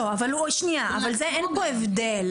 לא, אבל שנייה, אבל אין פה הבדל.